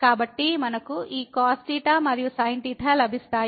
కాబట్టి మనకు ఈ cosమరియు sinలభిస్తాయి